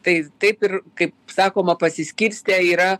tai taip ir kaip sakoma pasiskirstę yra